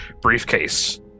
briefcase